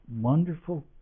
wonderful